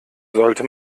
sollte